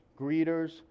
greeters